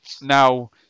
now